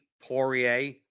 Poirier